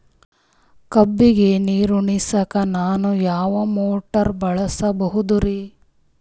ಕಬ್ಬುಗ ನೀರುಣಿಸಲಕ ನಾನು ಯಾವ ಮೋಟಾರ್ ಬಳಸಬಹುದರಿ?